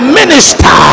minister